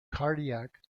cardiac